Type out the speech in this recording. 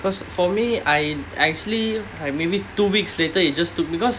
because for me I actually I maybe two weeks later it just took because